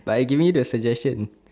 but I'm giving you the suggestion